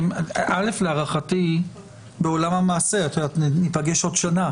להערכתי בעולם המעשה ניפגש עוד שנה